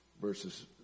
verses